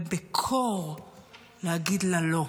בקור להגיד לה לא?